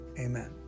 Amen